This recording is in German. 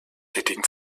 tätigen